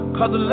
Cause